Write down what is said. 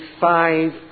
five